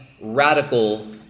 radical